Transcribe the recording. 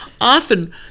often